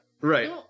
Right